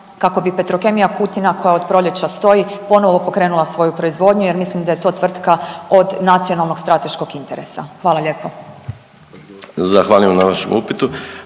kako bi Petrokemija Kutina koja od proljeća stoji ponovo pokrenula svoju proizvodnju jer mislim da je to tvrtka od nacionalnog strateškog interesa? Hvala lijepo.